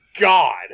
god